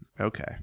Okay